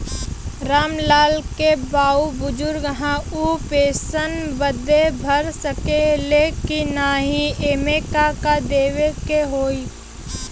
राम लाल के बाऊ बुजुर्ग ह ऊ पेंशन बदे भर सके ले की नाही एमे का का देवे के होई?